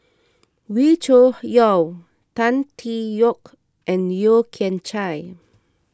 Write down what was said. Wee Cho Yaw Tan Tee Yoke and Yeo Kian Chye